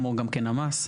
כמו גם כן המס,